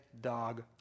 dog